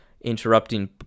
interrupting